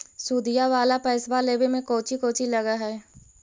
सुदिया वाला पैसबा लेबे में कोची कोची लगहय?